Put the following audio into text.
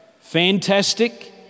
fantastic